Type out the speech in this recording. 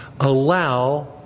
allow